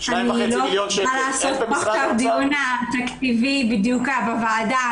אני לא יכולה לעשות את הדיון התקציבי בוועדה.